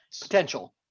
Potential